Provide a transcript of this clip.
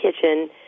kitchen